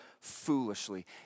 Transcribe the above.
foolishly